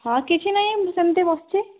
ହଁ କିଛି ନାହିଁ ସେମିତି ବସିଛି